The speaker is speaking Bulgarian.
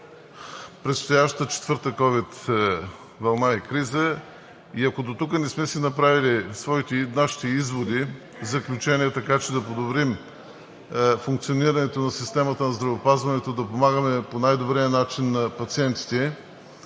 предстоящата четвърта ковид вълна и криза. Ако дотук не сме си направили нашите изводи в заключение, така че да подобрим функционирането на системата на здравеопазването, за да помагаме по най-добрия начин на пациентите,